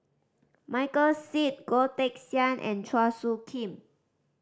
Michael Seet Goh Teck Sian and Chua Soo Khim